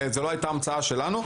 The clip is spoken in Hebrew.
זה לא היה המצאה שלנו.